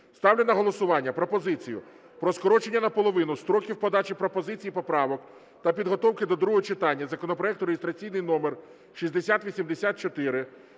ставлю на голосування пропозицію про скорочення наполовину строків подачі пропозицій і поправок та підготовки до другого читання законопроекту реєстраційний номер 6084,